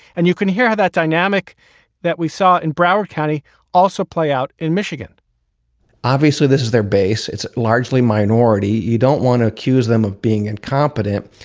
and you can hear how that dynamic that we saw in broward county also play out in michigan obviously, this is their base. it's largely minority. you don't want to accuse them of being incompetent.